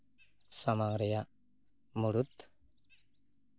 ᱥᱟᱢᱟᱝ ᱨᱮᱭᱟᱜ ᱢᱩᱬᱩᱫ